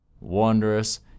wondrous